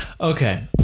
Okay